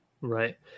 Right